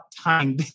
time